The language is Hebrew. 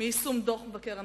מיישום דוח מבקר המדינה.